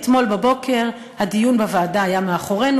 אתמול בבוקר הדיון בוועדה היה מאחורינו